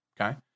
okay